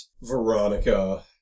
Veronica